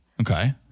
Okay